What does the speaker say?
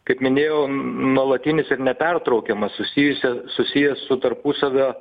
kaip minėjau nuolatinis ir nepertraukiamas susijusio susijęs su tarpusavio